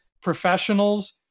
Professionals